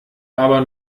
aber